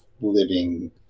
living